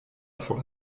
for